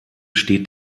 steht